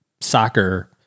soccer